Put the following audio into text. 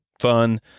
fun